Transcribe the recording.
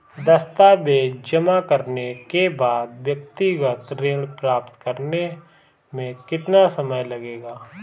दस्तावेज़ जमा करने के बाद व्यक्तिगत ऋण प्राप्त करने में कितना समय लगेगा?